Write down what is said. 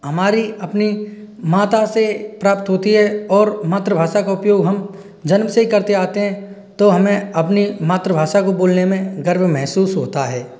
हमारी अपनी माता से प्राप्त होती है और मातृभाषा का उपयोग हम जन्म सही करते आते हैं तो हमें अपनी मातृभाषा को बोलने में गर्व महसूस होता है